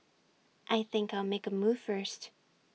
I think I'll make A move first